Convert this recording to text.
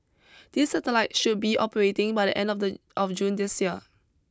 these satellites should be operating by the end of the of June this year